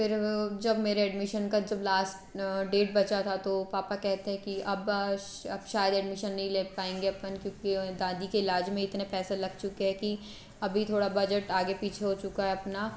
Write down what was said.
फिर जब मेरे एडमिशन की जब लास्ट डेट बची थी तो पापा कहते हैं कि अब बस अब शायद एडमिशन नहीं ले पाएँगे अपन क्योंकि दादी के इलाज में इतने पैसे लग चुके हैं कि अभी थोड़ा बजट आगे पीछे हो चुका है अपना